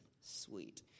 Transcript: Sweet